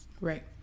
Right